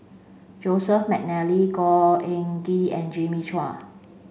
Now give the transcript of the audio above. Joseph Mcnally Khor Ean Ghee and Jimmy Chua